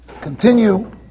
continue